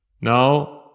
Now